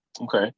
Okay